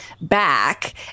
back